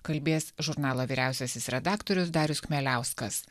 kalbės žurnalo vyriausiasis redaktorius darius chmieliauskas